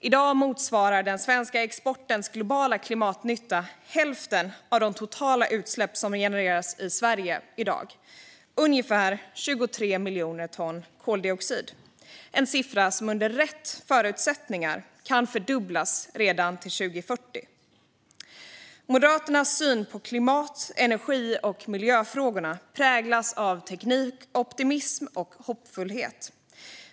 I dag motsvarar den svenska exportens globala klimatnytta hälften av de totala utsläpp som genereras i Sverige - ungefär 23 miljoner ton koldioxid. Det är en siffra som under rätt förutsättningar kan fördubblas redan till 2040. Moderaternas syn på klimat-, energi och miljöfrågorna präglas av teknikoptimism och hoppfullhet.